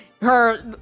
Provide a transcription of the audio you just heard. her-